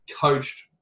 coached